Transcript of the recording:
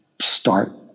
start